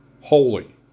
Holy